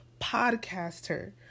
podcaster